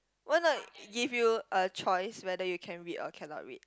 why not give you a choice whether you can read or cannot read